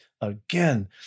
again